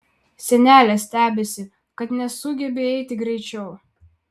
senelė stebisi kad nesugebi eiti greičiau